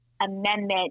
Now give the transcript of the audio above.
amendment